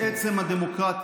את עצם הדמוקרטיה